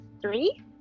three